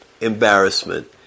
embarrassment